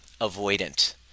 avoidant